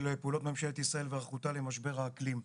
פעולות ממשלת ישראל והיערכותה למשבר האקלים.